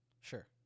Sure